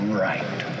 right